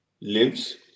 lives